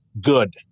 Good